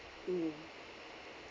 mm